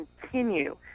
continue